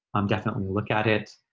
um definitely look at it.